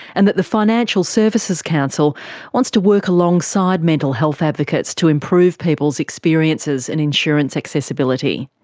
and that the financial services council wants to work alongside mental health advocates to improve people's experiences and insurance accessibility.